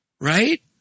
Right